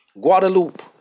Guadalupe